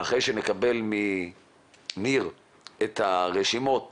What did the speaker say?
לאחר שנקבל מניר את הרשימות